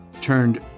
turned